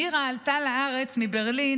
מירה עלתה לארץ מברלין